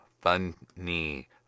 funny